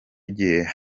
gihe